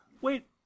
wait